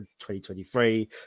2023